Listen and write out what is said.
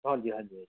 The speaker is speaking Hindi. हाँ जी हाँ जी हाँ